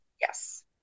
Yes